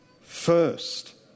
first